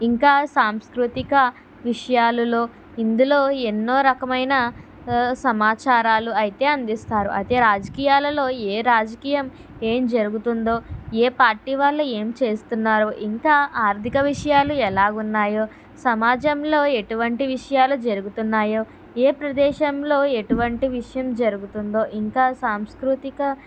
ఇంకా సాంస్కృతిక విషయాలలో ఇందులో ఎన్నో రకమైన సమాచారాలు అయితే అందిస్తారు అదే రాజకీయాలలో ఏ రాజకీయం ఏం జరుగుతుందో ఏ పార్టీ వాళ్ళు ఏం చేస్తున్నారో ఇంకా ఆర్థిక విషయాలు ఎలా ఉన్నాయో సమాజంలో ఎటువంటి విషయాలు జరుగుతున్నాయో ఏ ప్రదేశంలో ఎటువంటి విషయం జరుగుతుందో ఇంకా సాంస్కృతిక